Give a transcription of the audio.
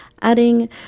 adding